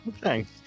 thanks